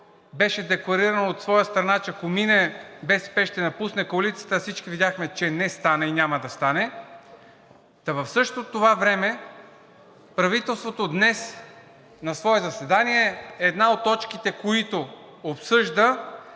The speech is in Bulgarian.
беше декларирано от своя страна, че ако мине, БСП ще напусне коалицията, а всички видяхме, че не стана и няма да стане. В същото това време правителството днес на свое заседание – една от точките, които обсъжда,